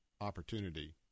opportunity